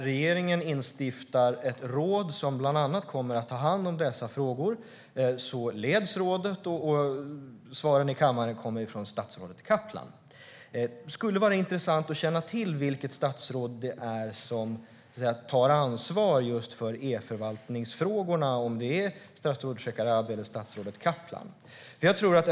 Regeringen instiftar nu ett råd som bland annat kommer att ta hand om dessa frågor. Det kommer att ledas av statsrådet Kaplan som också kommer att svara på frågorna. Det skulle vara intressant att känna till vilket statsråd det är som tar ansvar just för e-förvaltningsfrågorna, om det är statsrådet Shekarabi eller statsrådet Kaplan.